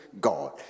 God